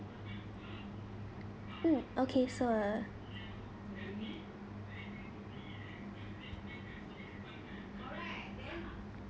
mm okay so err